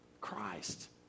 Christ